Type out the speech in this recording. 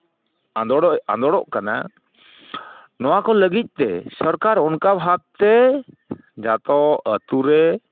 ᱟᱸᱫᱳᱲᱚᱜ ᱟᱸᱫᱳᱲᱚᱜ ᱠᱟᱱᱟ ᱱᱚᱣᱟᱠᱚ ᱞᱟᱹᱜᱤᱫᱛᱮ ᱥᱚᱨᱠᱟᱨ ᱚᱱᱟᱠᱚ ᱵᱷᱟᱵᱽ ᱛᱮ ᱡᱚᱛᱚ ᱟᱹᱛᱩ ᱨᱮ